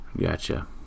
Gotcha